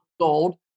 gold